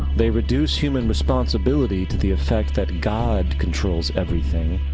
they reduce human responsibility to the effect that god controls everything,